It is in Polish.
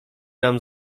nam